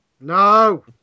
No